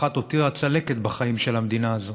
אחת הותירה צלקת בחיים של המדינה הזו.